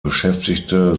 beschäftigte